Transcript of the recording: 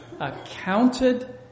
accounted